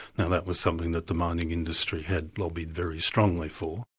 now that was something that the mining industry had lobbied very strongly for.